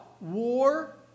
war